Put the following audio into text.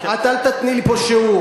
את אל תיתני לי פה שיעור.